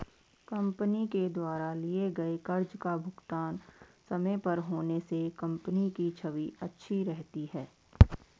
company के द्वारा लिए गए कर्ज का भुगतान समय पर होने से कंपनी की छवि अच्छी रहती है